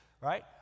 right